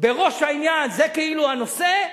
בראש העניין, זה כאילו הנושא,